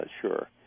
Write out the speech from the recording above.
sure